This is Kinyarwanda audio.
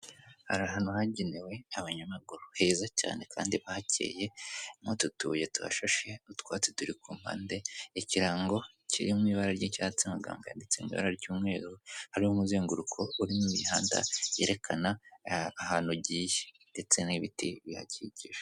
Hari ahantu hagenewe abanyamaguru. Heza cyane kandi haba hakeye nk'utu tubuye tuhashashe, utwatsi turi ku mpande, ikirango kiri mu ibara ry'icyatsi n'amagambo yanditse mu ibara ry'umweru, hariho umuzenguruko urimo imihanda yerekana ahantu ugiye ndetse n'ibiti bihakikije.